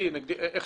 בכל מהלך מאסרו,